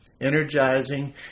energizing